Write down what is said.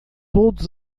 todos